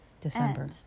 December